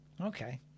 Okay